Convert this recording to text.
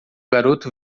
garoto